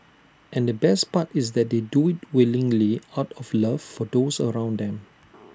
and the best part is that they do IT willingly out of love for those around them